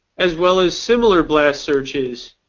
as well as similar blast searches,